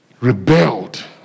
rebelled